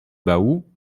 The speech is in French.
baou